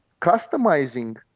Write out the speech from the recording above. customizing